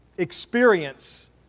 Experience